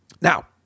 Now